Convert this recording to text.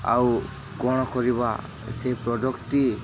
ଆଉ କ'ଣ କରିବା ସେ ପ୍ରଡ଼କ୍ଟ୍ଟି